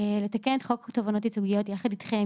לתקן את חוק התובענות הייצוגיות יחד אתכם,